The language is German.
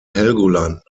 helgoland